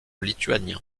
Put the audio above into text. lituanien